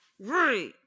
right